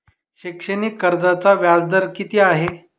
शैक्षणिक कर्जाचा व्याजदर किती आहे?